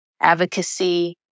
advocacy